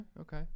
okay